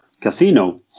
casino